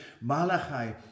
Malachi